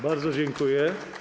Bardzo dziękuję.